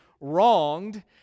wronged